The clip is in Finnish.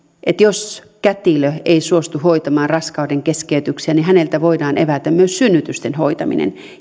että jos kätilö ei suostu hoitamaan raskaudenkeskeytyksiä häneltä voidaan evätä myös synnytysten hoitaminen